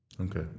Okay